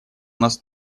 нас